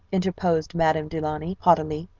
interposed madame du launy haughtily,